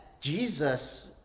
Jesus